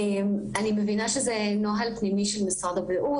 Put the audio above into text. אני מבינה שזה נוהל פנימי של משרד הבריאות